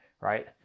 right